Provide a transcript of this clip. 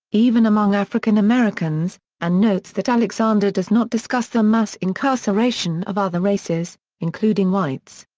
even among african-americans, and notes that alexander does not discuss the mass incarceration of other races, including whites.